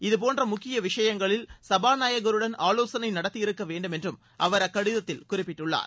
இதுபோன்ற முக்கிய விஷயங்களில் சபாநாயகருடன் ஆவோசனை நடத்தி இருக்க வேண்டும் என்றும் அவர் அக்கடிதத்தில் குறிப்பிட்டுள்ளார்